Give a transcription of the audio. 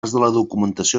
documentació